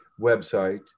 website